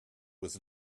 was